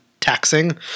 taxing